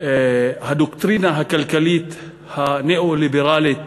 הדוקטרינה הכלכלית הניאו-ליברלית